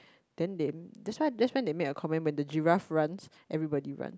then they that's why that's why they make a commitment the giraffe runs everybody runs